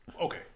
Okay